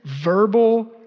verbal